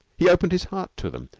he opened his heart to them.